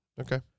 Okay